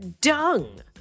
dung